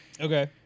Okay